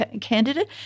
candidate